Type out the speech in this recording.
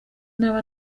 nabi